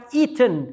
eaten